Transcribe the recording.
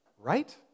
right